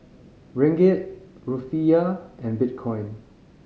Ringgit Rufiyaa and Bitcoin